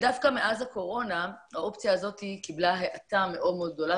ודווקא מאז הקורונה האופציה הזאת קיבלה האטה מאוד גדולה.